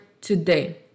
today